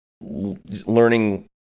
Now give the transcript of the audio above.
learning